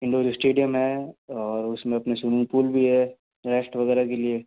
indoor stadium है और उसमें अपने स्विमिंग पूल भी है टेस्ट वगैरह के लिए